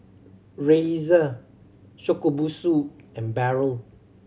Razer Shokubutsu and Barrel